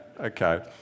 okay